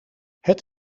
het